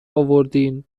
آوردین